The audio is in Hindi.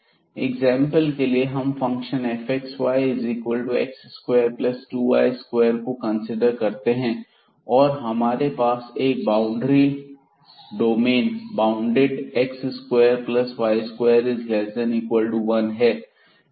एग्जांपल के लिए हम फंक्शन fxyx22y2 को कंसीडर करते हैं और यहां हमारे पास एक बाउंड्री डोमेन बॉउंडेड x2y2≤1 है